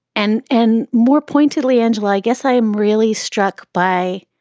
and and more pointedly, angela, i guess i am really struck by.